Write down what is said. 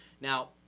Now